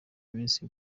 iminsi